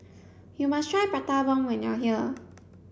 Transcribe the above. you must try prata bomb when you are here